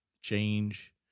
change